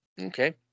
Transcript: Okay